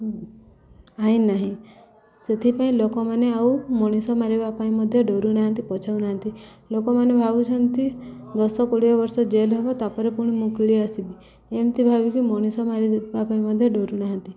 ଆଇନ ନାହିଁ ସେଥିପାଇଁ ଲୋକମାନେ ଆଉ ମଣିଷ ମାରିବା ପାଇଁ ମଧ୍ୟ ଡ଼ରୁନାହାନ୍ତି ପଛଉନାହାନ୍ତି ଲୋକମାନେ ଭାବୁଛନ୍ତି ଦଶ କୋଡ଼ିଏ ବର୍ଷ ଜେଲ୍ ହବ ତାପରେ ପୁଣି ମୁକୁଲି ଆସିବି ଏମିତି ଭାବିକି ମଣିଷ ମାରିବା ଦେବା ପାଇଁ ମଧ୍ୟ ଡରୁନାହାନ୍ତି